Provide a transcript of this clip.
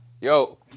Yo